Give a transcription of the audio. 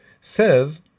says